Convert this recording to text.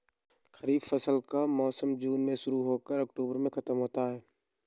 खरीफ फसल का मौसम जून में शुरू हो कर अक्टूबर में ख़त्म होता है